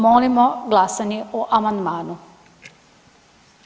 Molimo glasanje o amandmanu.